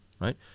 right